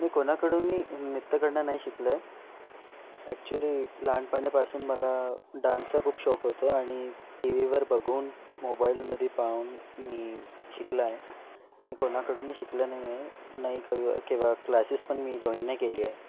मी कोणाकडूनही नृत्य करणं नाही शिकलोय ॲक्च्युली लहानपणीपासून मला डान्सचा खूप शौक होतं आणि टीव्हीवर बघून मोबाईलमधी पाहून मी शिकला आहे मी कोणाकडूनही शिकलो नाही आहे नाही केव्हा क्लासेस पण मी जॉईन नाही केली आहे